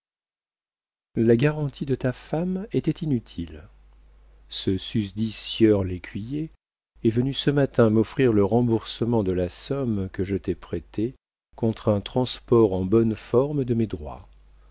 la garantie de ta femme était inutile ce susdit sieur lécuyer est venu ce matin m'offrir le remboursement de la somme que je t'ai prêtée contre un transport en bonne forme de mes droits